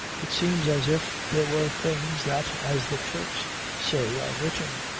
it seems as if there were things that, as the turks say, are written.